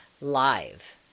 live